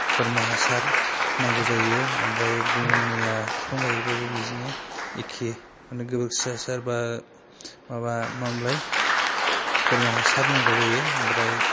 बोरमा हासार नांगौ जायो ओमफ्राय गुबुन मैया बिफां गायब्लाबो बिदिनो एखे माने गोबोरखि हासार एबा माबा मा होनोमोनलाय बोरमा हासार नांगौ जायो ओमफ्राय